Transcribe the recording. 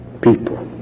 people